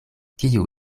kiu